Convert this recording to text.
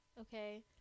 Okay